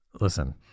listen